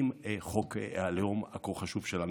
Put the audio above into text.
עם חוק הלאום הכה חשוב שלנו.